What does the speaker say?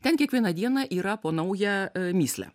ten kiekvieną dieną yra po naują a mįslę